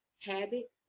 habit